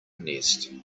nest